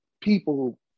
people